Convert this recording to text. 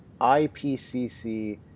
IPCC